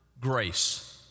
Grace